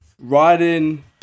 riding